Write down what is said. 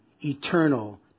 eternal